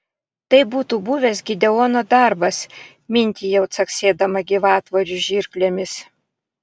tai būtų buvęs gideono darbas mintijau caksėdama gyvatvorių žirklėmis